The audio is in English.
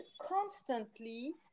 constantly